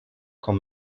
com